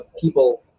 people